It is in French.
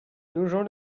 nogent